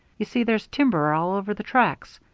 you see there's timber all over the tracks.